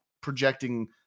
projecting